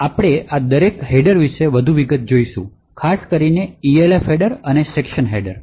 અમે આ દરેક હેડર વિશે વધુ વિગતો જોઈશું ખાસ કરીને Elf હેડર અને સેક્શન હેડર